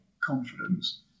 confidence